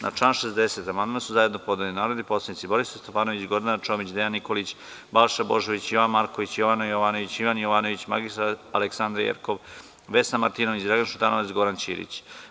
Na član 60. amandman su zajedno podneli narodni poslanici Borislav Stefanović, Gordana Čomić, Dejan Nikolić, Balša Božović, Jovan Marković, Jovana Jovanović, Ivan Jovanović, mr Aleksandra Jerkov, Vesna Martinović, Dragan Šutanovac i Goran Ćirić.